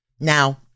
Now